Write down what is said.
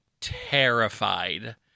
terrified